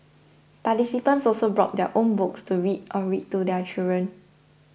participants also brought their own books to read or read to their children